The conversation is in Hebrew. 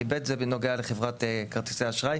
כי ב' זה בנוגע לחברת כרטיסי אשראי.